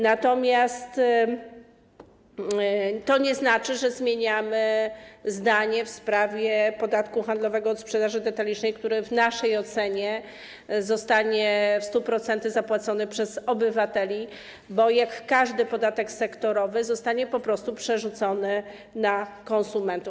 Natomiast to nie znaczy, że zmieniamy zdanie w sprawie podatku handlowego od sprzedaży detalicznej, który w naszej ocenie zostanie w 100% zapłacony przez obywateli, bo jak każdy podatek sektorowy zostanie on po prostu przerzucony na konsumentów.